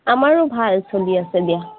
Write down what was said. আমাৰো ভাল চলি আছে দিয়া